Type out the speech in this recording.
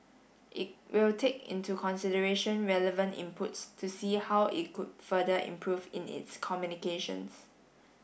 it will take into consideration relevant inputs to see how it could further improve in its communications